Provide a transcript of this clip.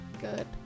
Good